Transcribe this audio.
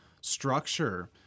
structure